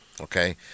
Okay